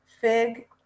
FIG